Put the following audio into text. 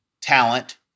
talent